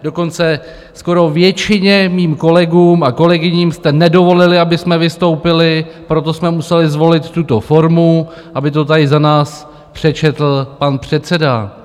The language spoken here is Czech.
Dokonce skoro většině mých kolegům a kolegyním jste nedovolili, abychom vystoupili, proto jsme museli zvolit tuto formu, aby to tady za nás přečetl pan předseda.